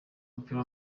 w’umupira